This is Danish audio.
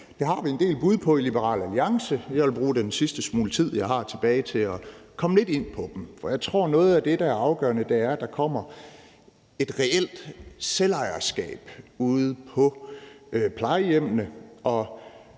den har vi en del bud på i Liberal Alliance. Jeg vil bruge den sidste smule tid, jeg har tilbage, til at komme lidt ind på dem. For jeg tror, at noget af det, der er afgørende, er, at der kommer et reelt selvejerskab ude på plejehjemmene.